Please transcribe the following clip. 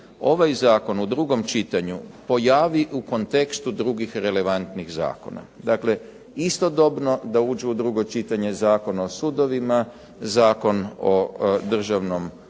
ovaj zakon u drugom čitanju pojavi u kontekstu drugih relevantnih zakona. Dakle, istodobno da uđe u drugo čitanje Zakon o sudovima, Zakon o Državnom